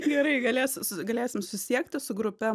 gerai galėsiu su galėsim susisiekti su grupe